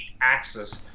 access